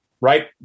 right